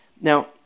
Now